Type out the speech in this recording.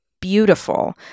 beautiful